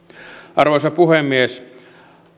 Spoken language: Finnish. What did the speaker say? arvoisa puhemies